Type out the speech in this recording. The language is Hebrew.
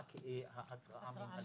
רק התראה מינהלית.